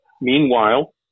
Meanwhile